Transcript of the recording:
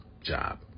job